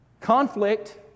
Conflict